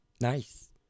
Nice